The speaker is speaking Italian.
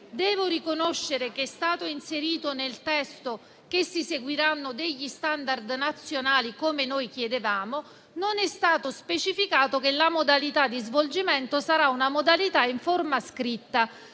Devo riconoscere che è stato inserito nel testo che si seguiranno degli *standard* nazionali, come noi chiedevamo; non è stato specificato che la modalità di svolgimento sarà in forma scritta.